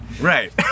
Right